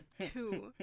Two